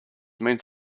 means